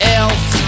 else